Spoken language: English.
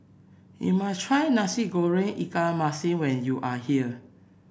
you must try Nasi Goreng Ikan Masin when you are here